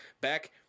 back